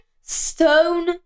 stone